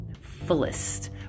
fullest